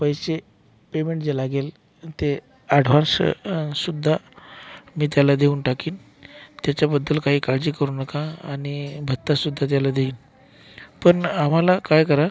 पैसे पेमेंट जे लागेल ते अॅडव्हान्स सुद्धा मी त्याला देऊन टाकीन त्याच्याबद्दल काही काळजी करू नका आणि भत्तासुद्धा त्याला देईन पण आम्हाला काय करा